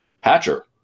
Hatcher